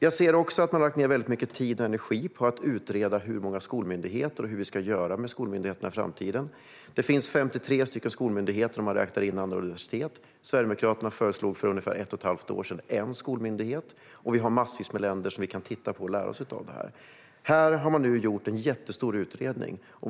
Man har också lagt ned väldigt mycket tid och energi på att utreda hur många skolmyndigheter vi ska ha och hur vi ska göra med skolmyndigheterna i framtiden. Det finns 53 skolmyndigheter, om man räknar in alla universitet. Sverigedemokraterna föreslog för ungefär ett och ett halvt år sedan en skolmyndighet. Och vi har massvis av länder som vi kan titta på och lära oss av här. Här har man nu gjort en jättestor utredning.